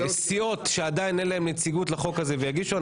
שסיעות שעדיין אין להן נציגות לחוק הזה ויגישו,